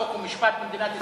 חוק ומשפט במדינת ישראל?